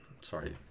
sorry